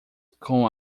com